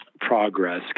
progress